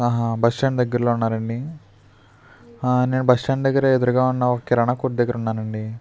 ఆహా బస్టాండ్ దగ్గర్లో ఉన్నారండి నేను బస్టాండ్ దగ్గరే ఎదురుగా ఉన్న ఒక కిరాణా కొట్టు దగ్గర ఉన్నానండి